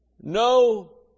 No